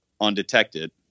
undetected